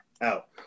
Out